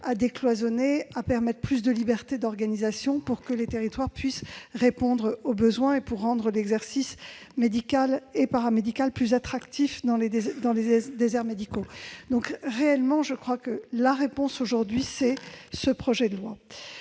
de décloisonner, de permettre plus de liberté d'organisation pour que les territoires puissent répondre aux besoins et rendre l'exercice médical et paramédical plus attractif dans les déserts médicaux. À mon sens, la réponse, c'est ce projet de loi.